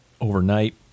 overnight